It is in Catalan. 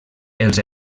els